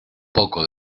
poco